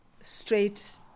straight